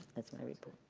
that's my report.